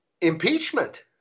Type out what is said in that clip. impeachment